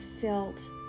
felt